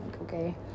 okay